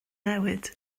newid